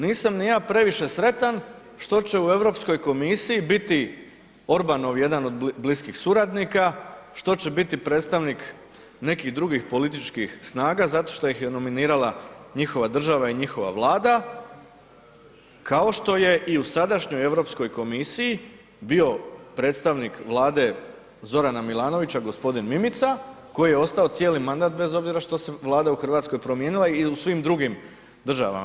Nisam ni ja previše sretan što će u Europskoj komisiji biti Orbanov jedan od bliskih suradnika, što će biti predstavnik nekih drugih političkih snaga zato što ih je nominirala njihova država i njihova Vlada, kao što je i u sadašnjoj Europskoj komisiji bio predstavnik Vlade Zorana Milanovića, g. Mimica koji je ostao cijeli mandat bez obzira što se Vlada u RH promijenila i u svim drugim državama.